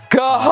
go